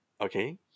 okay